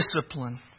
discipline